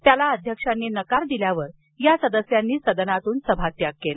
त्याला अध्यक्षांनी नकार दिल्यावर त्यांनी सदनातून सभात्याग केला